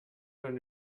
wenn